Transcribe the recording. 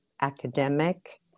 academic